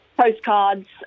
postcards